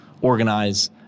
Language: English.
organize